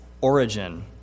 origin